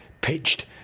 pitched